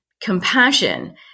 compassion